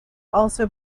also